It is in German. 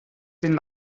den